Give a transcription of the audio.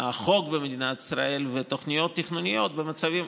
החוק במדינת ישראל ותוכניות תכנוניות במצבים,